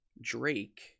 Drake